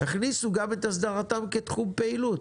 תכניסו גם את הסדרתם כתחום פעילות,